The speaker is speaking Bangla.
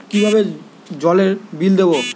কিভাবে জলের বিল দেবো?